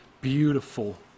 beautiful